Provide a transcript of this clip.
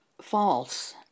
false